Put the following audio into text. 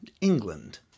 England